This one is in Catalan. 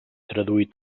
traduir